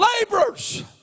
laborers